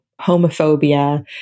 homophobia